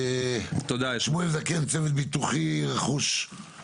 גם כאן הנושא מתורגל יחד עם משרד הבריאות.